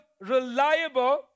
reliable